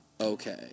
okay